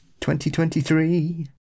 2023